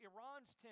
Iran's